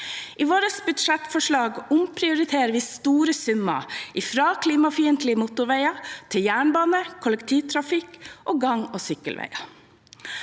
I vårt budsjettforslag omprioriterer vi store summer fra klimafiendtlige motorveier til jernbane, kollektivtrafikk og gang- og sykkelveier.